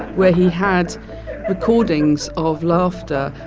where he had recordings of laughter.